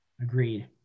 Agreed